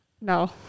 No